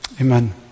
amen